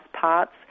parts